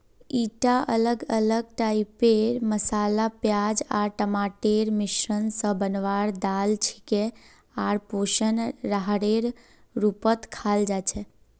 ईटा अलग अलग टाइपेर मसाला प्याज आर टमाटरेर मिश्रण स बनवार दाल छिके आर पोषक आहारेर रूपत खाल जा छेक